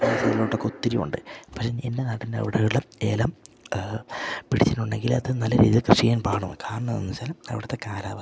കട്ടപ്പന സൈഡിലോട്ടൊക്കെ ഒത്തിരി ഉണ്ട് പക്ഷെ എൻ്റെ നാട്ടിൻ്റെ അവിടെയുള്ള ഏലം പിടിച്ചിട്ടുണ്ടെങ്കിൽ അത് നല്ല രീതിയിൽ കൃഷി ചെയ്യാൻ പാടാണ് കാരണം എന്ന് വച്ചാൽ അവിടുത്തെ കാലാവസ്ഥ